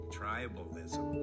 tribalism